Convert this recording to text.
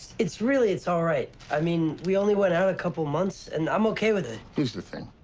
it's really it's all right. i mean, we only went out a couple months, and i'm okay with it. here's the thing.